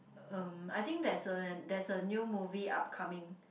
um I think there's a there's a new movie upcoming